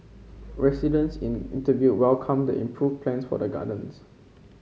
residents in interviewed welcomed the improved plans for the gardens